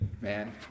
man